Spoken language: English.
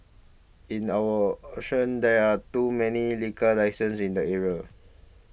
in our option there are too many liquor licenses in the area